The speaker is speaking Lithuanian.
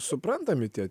suprantami tie